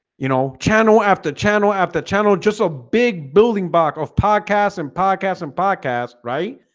you know channel after channel after channel just a big building back of podcasts and podcasts and podcast, right?